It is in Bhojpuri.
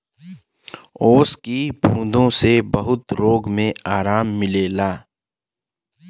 ओस की बूँदो से बहुत रोग मे आराम मिलेला